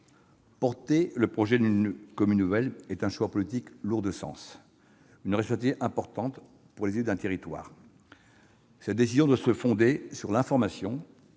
Porter le projet d'une commune nouvelle est un choix politique lourd de sens, une responsabilité importante pour les élus d'un territoire. Cette décision doit se fonder sur l'information